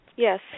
Yes